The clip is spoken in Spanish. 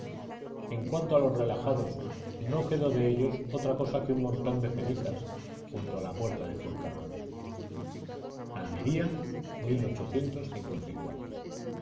en cuanto a los relajados no quedó de ellos otra cosa que un montón de cenizas junto a la puerta de fuencarral almería ha